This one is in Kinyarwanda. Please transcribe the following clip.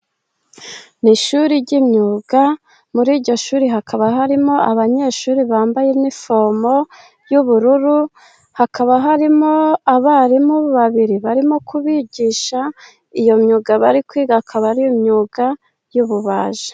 Mu ishuri ry'imyuga, muri iryo shuri hakaba harimo abanyeshuri bambaye inifomo y'ubururu. Hakaba harimo abarimu babiri barimo kubigisha. Iyo myuga bari kwiga akaba ari imyuga y'ububaji.